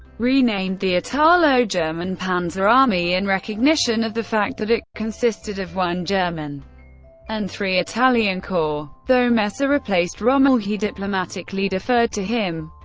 renamed the italo-german panzer army in recognition of the fact that it consisted of one german and three italian corps. though messe ah replaced rommel, he diplomatically deferred to him,